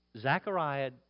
Zechariah